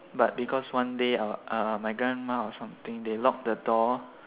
but because one day uh my grandma or something they lock the door